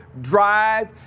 drive